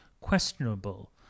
questionable